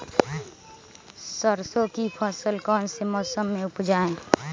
सरसों की फसल कौन से मौसम में उपजाए?